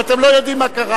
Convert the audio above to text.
אתם לא הייתם פה,